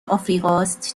آفریقاست